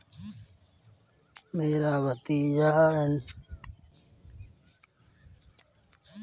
मेरे भाई का लड़का विदेश में मिलेनियल एंटरप्रेन्योरशिप पर पढ़ाई कर रहा है